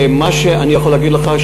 מה שאני יכול להגיד לך,